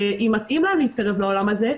ואם מתאים להם להתקרב לעולם הזה.